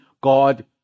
God